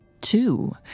Two